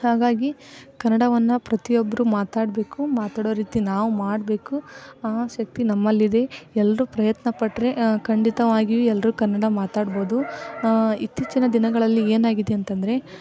ಹಾಗಾಗಿ ಕನ್ನಡವನ್ನು ಪ್ರತಿಯೊಬ್ರೂ ಮಾತಾಡಬೇಕು ಮಾತಾಡೋ ರೀತಿ ನಾವು ಮಾಡಬೇಕು ಆ ಶಕ್ತಿ ನಮ್ಮಲ್ಲಿದೆ ಎಲ್ರೂ ಪ್ರಯತ್ನಪಟ್ಟರೆ ಖಂಡಿತವಾಗಿಯೂ ಎಲ್ರೂ ಕನ್ನಡ ಮಾತಾಡ್ಬೋದು ಇತ್ತೀಚಿನ ದಿನಗಳಲ್ಲಿ ಏನಾಗಿದೆ ಅಂತಂದರೆ